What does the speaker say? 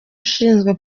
ushinzwe